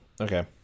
Okay